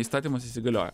įstatymas įsigalioja